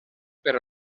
per